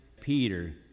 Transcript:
Peter